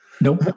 Nope